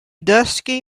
dusky